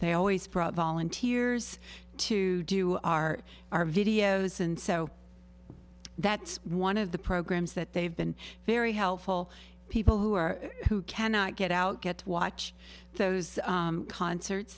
they always brought volunteers to do our our videos and so that's one of the programs that they've been very helpful people who are who cannot get out get to watch those concerts